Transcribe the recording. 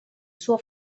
suo